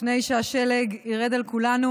לפני שהשלג ירד על כולנו,